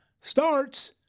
starts